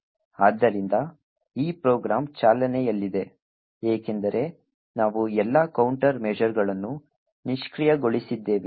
ಆದ್ದರಿಂದ ಈ ಪ್ರೋಗ್ರಾಂ ಚಾಲನೆಯಲ್ಲಿದೆ ಏಕೆಂದರೆ ನಾವು ಎಲ್ಲಾ ಕೌಂಟರ್ಮೆಶರ್ಗಳನ್ನು ನಿಷ್ಕ್ರಿಯಗೊಳಿಸಿದ್ದೇವೆ